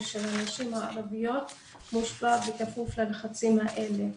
של הנשים הערביות מושפע וכפוף ללחצים האלה.